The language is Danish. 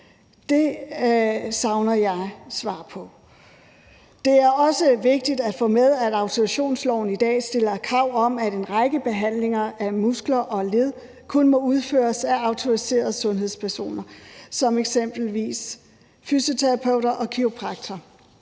Det savner jeg svar på. Det er også vigtigt at få med, at autorisationsloven i dag stiller krav om, at en række behandlinger af muskler og led kun må udføres af autoriserede sundhedspersoner som eksempelvis fysioterapeuter og kiropraktorer,